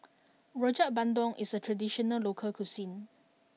Rojak Bandung is a traditional local cuisine